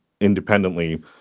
independently